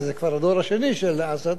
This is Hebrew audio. כי זה כבר הדור השני של אסד,